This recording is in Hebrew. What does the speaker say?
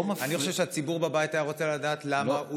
אני חושב שהציבור בבית היה רוצה לדעת למה הוא